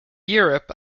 europe